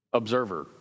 observer